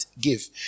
give